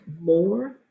more